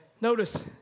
Notice